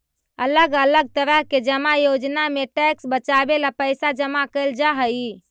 अलग अलग तरह के जमा योजना में टैक्स बचावे ला पैसा जमा कैल जा हई